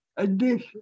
addition